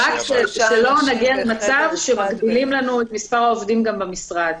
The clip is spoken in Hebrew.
שלא נגיע למצב שמגבילים לנו את מספר העובדים גם במשרד.